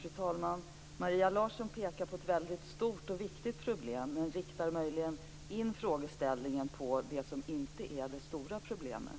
Fru talman! Maria Larsson pekar på ett väldigt stort och viktigt problem, men hon riktar in frågeställningen på det som inte är det stora problemet.